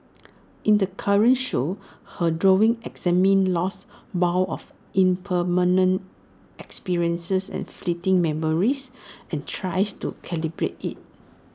in the current show her drawings examine loss borne of impermanent experiences and fleeting memories and tries to calibrate IT